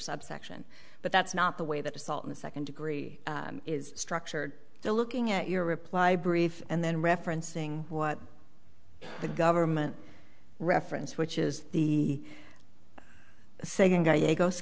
subsection but that's not the way that the salt in the second degree is structured so looking at your reply brief and then referencing what the government reference which is the second guy goes